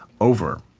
over